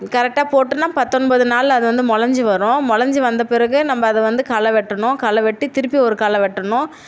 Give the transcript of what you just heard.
கரெக்டாக போட்டோம்னால் பத்தொன்பது நாளில் அது வந்து முளஞ்சி வரும் முளஞ்சி வந்த பிறகு நம்ம அதை வந்து களை வெட்டணும் களை வெட்டி திருப்பி ஒரு களை வெட்டணும்